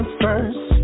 first